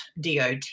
dot